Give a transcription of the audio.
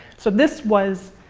so this was,